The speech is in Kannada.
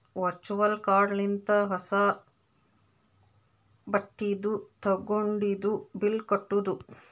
ವರ್ಚುವಲ್ ಕಾರ್ಡ್ ಲಿಂತ ಹೊಸಾ ಬಟ್ಟಿದು ತಗೊಂಡಿದು ಬಿಲ್ ಕಟ್ಟುದ್